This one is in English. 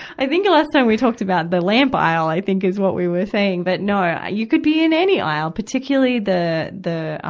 i think the last time we talked about the lamp aisle, i think is what we were saying. but no, you could be in any aisle, particularly the, the, ah